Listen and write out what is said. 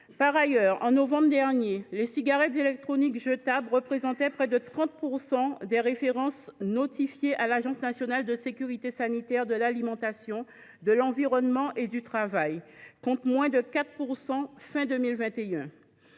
Par ailleurs, en novembre dernier, les cigarettes électroniques jetables représentaient près de 30 % des références notifiées à l’Agence nationale de sécurité sanitaire de l’alimentation, de l’environnement et du travail, contre moins de 4 % à